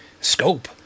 scope